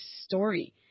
story